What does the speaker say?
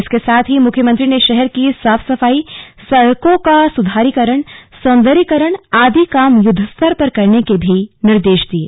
इसके साथ ही मुख्यमंत्री ने शहर की साफ सफाई सड़कों का सुधारीकरण सौंदर्यीकरण आदि काम युद्वस्तर पर करने के भी निर्देश दिये